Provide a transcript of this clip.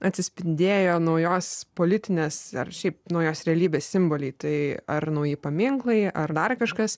atsispindėjo naujos politinės ar šiaip naujos realybės simboliai tai ar nauji paminklai ar dar kažkas